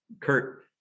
Kurt